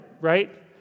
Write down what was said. right